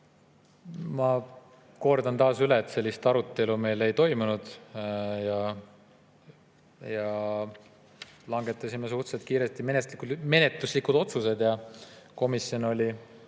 Ma kordan taas üle, et sellist arutelu meil ei toimunud, langetasime suhteliselt kiiresti menetluslikud otsused. Komisjon oli